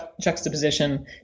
juxtaposition